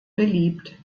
beliebt